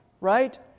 right